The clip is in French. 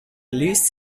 liste